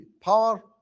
power